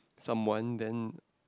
someone then